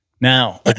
Now